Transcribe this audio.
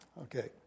Okay